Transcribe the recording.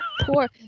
poor